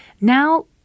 Now